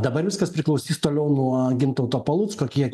dabar viskas priklausys toliau nuo gintauto palucko kiek